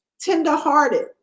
tenderhearted